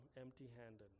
empty-handed